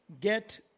Get